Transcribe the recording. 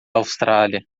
austrália